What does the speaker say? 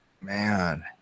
Man